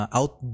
out